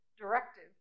directive